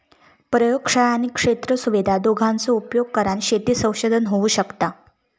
प्रयोगशाळा आणि क्षेत्र सुविधा दोघांचो उपयोग करान शेती संशोधन होऊ शकता